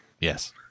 yes